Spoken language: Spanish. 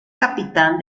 capitán